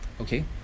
Okay